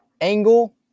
Angle